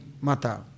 Mata